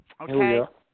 Okay